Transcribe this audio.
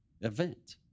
event